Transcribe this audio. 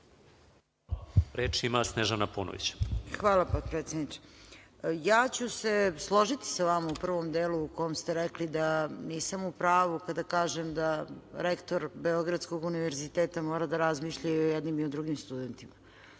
**Snežana Paunović** Hvala potpredsedniče. Složiću se sa vama u prvom delu u kom ste rekli da nisam u pravu kada kažem da rektor Beogradskog univerziteta mora da razmišlja i o jednim i o drugim studentima.